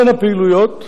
בין הפעילויות,